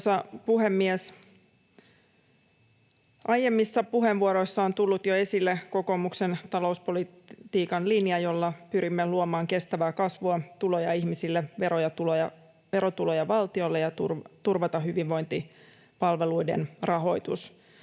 Arvoisa puhemies! Aiemmissa puheenvuoroissa on tullut jo esille kokoomuksen talouspolitiikan linja, jolla pyrimme luomaan kestävää kasvua, tuloja ihmisille, verotuloja valtiolle ja turvaamaan hyvinvointipalveluiden rahoituksen.